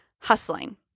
hustling